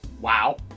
Wow